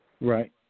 Right